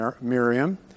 Miriam